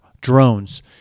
drones